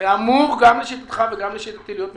ואמור גם לשיטתך וגם לשיטתי להיות מתוקצב,